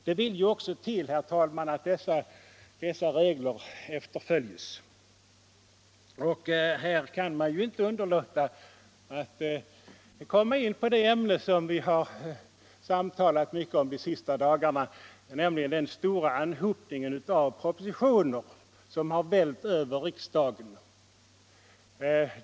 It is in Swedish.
Det vill ju också till, herr talman, att dessa regler efterföljs. I detta sammanhang kan man inte underlåta att komma in på det problem som vi ingående dryftat de senaste dagarna, nämligen den stora anhopningen av propositioner som vällt över riksdagen.